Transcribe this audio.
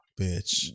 bitch